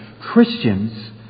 Christians